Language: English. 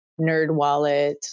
NerdWallet